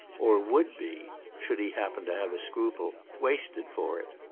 or would be should he happen to have a scruple wasted for it.